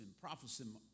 prophesying